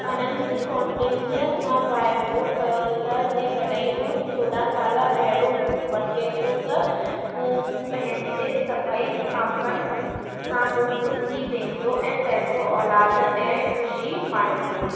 अनंत कौंडिन्य सां वाइड़ो कयो त जेकड॒हिं हू चोॾहं साल अहिड़ो वठे थो त हूअ पंहिंजे सभई पापनि सां मुक्त थी वेंदो ऐं पैसो औलाद ऐं खु़शी माणींदो